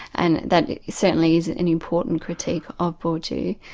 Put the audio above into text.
and that certainly is and an important critique of bourdieu.